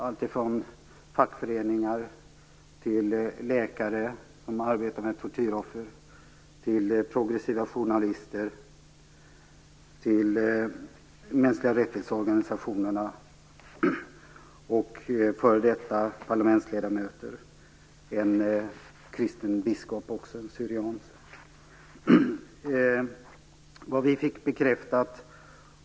Vi träffade fackföreningar, läkare som arbetar med tortyroffer, progressiva journalister, organisationerna för mänskliga rättigheter, f.d. parlamentsledamöter och en kristen biskop - han var syrian.